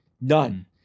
None